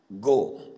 go